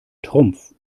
trumpf